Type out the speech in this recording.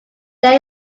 there